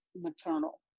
maternal